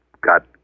got